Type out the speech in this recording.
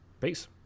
peace